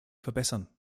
verbessern